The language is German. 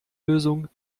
lösung